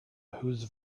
whose